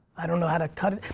i don't know how to cut it,